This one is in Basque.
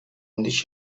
handia